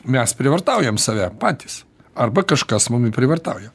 mes prievartaujam save patys arba kažkas mumi prievartauja